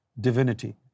divinity